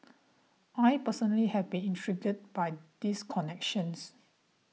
I personally have been intrigued by these connections